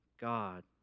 God